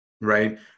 Right